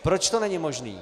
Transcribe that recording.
Proč to není možné?